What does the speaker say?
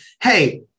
hey